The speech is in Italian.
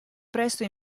presto